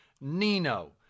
Nino